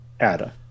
Ada